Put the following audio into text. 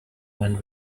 when